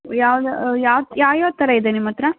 ಯಾವ್ದು ಯಾವ ಯಾವ್ಯಾವ ಥರ ಇದೆ ನಿಮ್ಮತ್ತಿರ